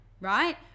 right